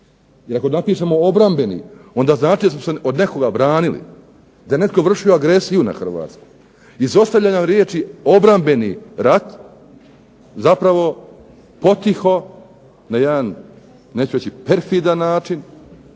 ako napišemo obrambeni, onda znači da smo se od nekoga branili, da je netko vršio agresiju na Hrvatsku. Izostavljanjem riječi obrambeni rat, zapravo potiho na jedna neću reći perfidan način,